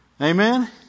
Amen